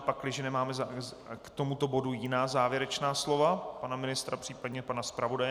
Pakliže nemáme k tomuto bodu jiná závěrečná slova, pana ministra, případně pana zpravodaje.